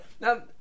Now